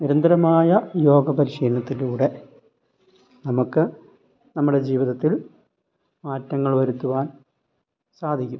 നിരന്തരമായ യോഗ പരിശീലനത്തിലൂടെ നമുക്ക് നമ്മളുടെ ജീവിതത്തിൽ മാറ്റങ്ങൾ വരുത്തുവാൻ സാധിക്കും